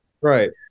Right